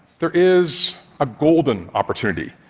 there is a golden opportunity.